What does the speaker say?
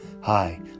Hi